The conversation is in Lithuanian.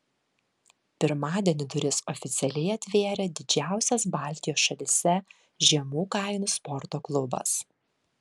pirmadienį duris oficialiai atvėrė didžiausias baltijos šalyse žemų kainų sporto klubas